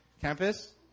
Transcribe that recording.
campus